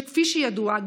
שכפי שידוע,